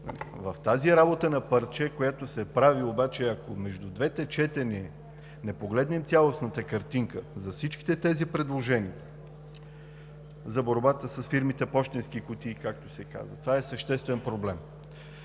В тази работа „на парче“, която се прави обаче, ако между двете четения не погледнем цялостната картинка за всички тези предложения – за борбата с фирмите, „пощенски кутии“, както се казва, това е съществен проблем.